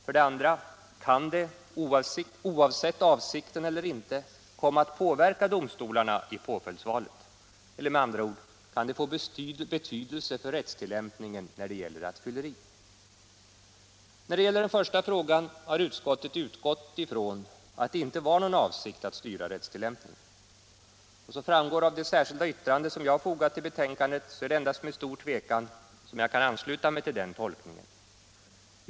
För det andra: Kan det, oavsett avsikten eller inte, komma att påverka domstolarna i påföljdsvalet? Eller med andra ord: Kan det få betydelse för rättstillämpningen när det gäller rattfylleri? Nr 49 Vad avser den första frågan har utskottet utgått ifrån att det inte var Fredagen den någon avsikt att styra rättstillämpningen. Som framgår av det särskilda 17 december 1976 yttrande som jag har fogat vid betänkandet är det endast med stortvekan I jag har kunnat ansluta mig till den tolkningen.